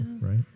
right